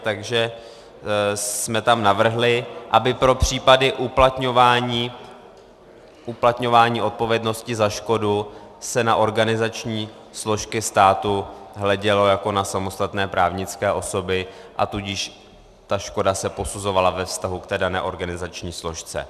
Takže jsme tam navrhli, aby pro případy uplatňování odpovědnosti za škodu se na organizační složky státu hledělo jako na samostatné právnické osoby, a tudíž ta škoda se posuzovala ve vztahu k té dané organizační složce.